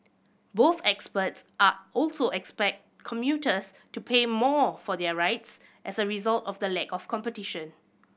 both experts are also expect commuters to pay more for their rides as a result of the lack of competition